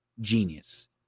Genius